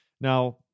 Now